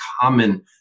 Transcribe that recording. common